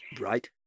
Right